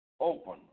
open